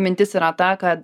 mintis yra ta kad